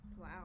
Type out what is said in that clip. Wow